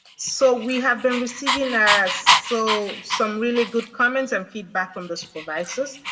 so we have been receiving ah so some really good comments and feedback from the supervisors.